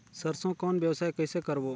सरसो कौन व्यवसाय कइसे करबो?